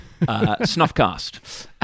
Snuffcast